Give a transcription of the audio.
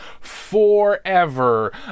forever